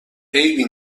عیبی